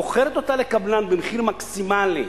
מוכרת אותה לקבלן במחיר מקסימלי,